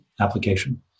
application